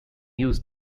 use